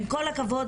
עם כל הכבוד,